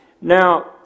Now